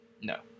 No